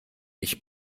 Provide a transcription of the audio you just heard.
ich